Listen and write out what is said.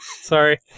Sorry